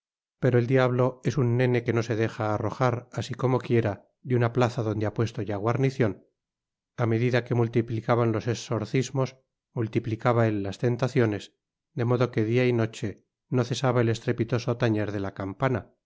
pero el diablo es un nene que no se deja arrojar asi como quiera de una plaza donde ha puesto ya guarnicion a medida que multiplicaban los exorcismos multiplicaba él las tentaciones de modo que dia y noche no cesaba el estrepitoso tañer de la campana